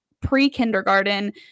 pre-kindergarten